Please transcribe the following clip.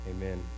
amen